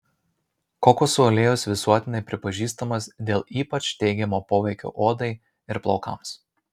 kokosų aliejus visuotinai pripažįstamas dėl ypač teigiamo poveikio odai ir plaukams